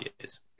years